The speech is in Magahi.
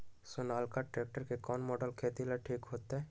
सोनालिका ट्रेक्टर के कौन मॉडल खेती ला ठीक होतै?